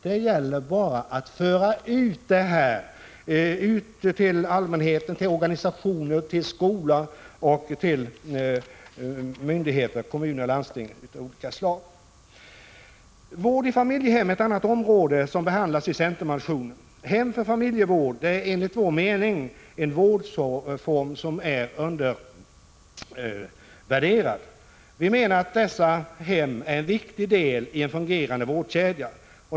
Det gäller bara att föra ut detta till allmänheten, till organisationer, till skolor, till myndigheter av olika slag och till kommuner och landsting. Vård i familjehem är ett annat område som behandlas i centermotionen. Prot. 1985/86:135 Hem för familjevård är enligt vår mening en vårdform som är undervärderad. Vi menar att dessa hem är en viktig del i en fungerande vårdkedja.